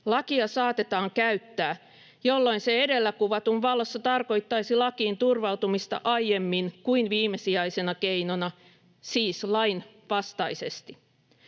lakia saatetaan käyttää, jolloin se edellä kuvatun valossa tarkoittaisi lakiin turvautumista aiemmin kuin viimesijaisena keinona, siis lainvastaisesti.